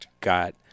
got